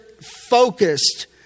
focused